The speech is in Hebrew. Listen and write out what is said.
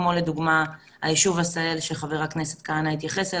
כמו לדוגמה היישוב עשהאל שחבר הכנסת כהנא התייחס אליו.